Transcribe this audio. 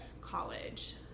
college